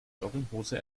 jogginghose